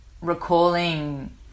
recalling